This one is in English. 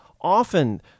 often